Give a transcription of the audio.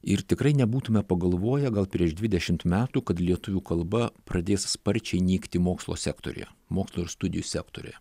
ir tikrai nebūtume pagalvoję gal prieš dvidešimt metų kad lietuvių kalba pradės sparčiai nykti mokslo sektoriuje mokslo ir studijų sektoriuje